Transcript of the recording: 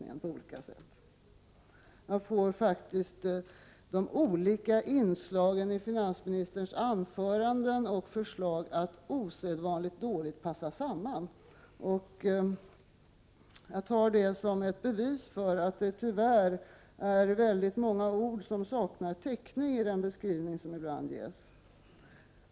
Man får faktiskt de olika inslagen i finansministerns anföranden och förslag att passa osedvanligt dåligt samman. Jag tar detta som ett bevis för att det tyvärr är väldigt många ord som saknar täckning i den beskrivning som ges.